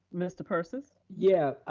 mr. persis. yeah,